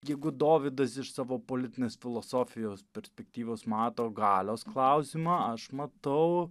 jeigu dovydas iš savo politinės filosofijos perspektyvos mato galios klausimą aš matau